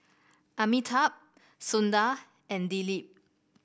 Amitabh Sundar and Dilip